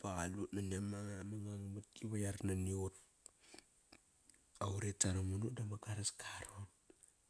Baqaliut nani ama ngang matki va yaran nani ut. Va uret saro mono dama garaska aron.